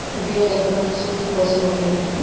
भेड़ एकदम सोझ पशु होखे ले